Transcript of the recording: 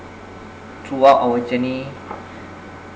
throughout our journey